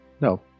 no